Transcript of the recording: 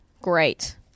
great